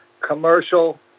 commercial